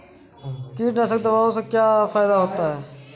कीटनाशक दवाओं से क्या फायदा होता है?